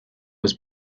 was